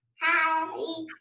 Hi